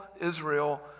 Israel